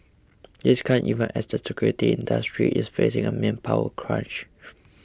this comes even as the security industry is facing a manpower crunch